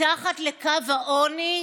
תנתקו כבר את הכלכלה מההפגנות.